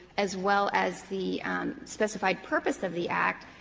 as well as the specified purpose of the act,